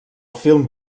film